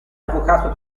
avvocato